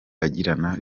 agirana